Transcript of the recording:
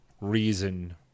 reason